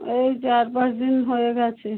ওই চার পাঁচ দিন হয়ে গেছে